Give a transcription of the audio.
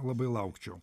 labai laukčiau